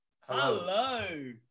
Hello